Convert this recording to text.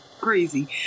crazy